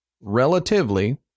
relatively